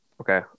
Okay